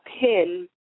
pin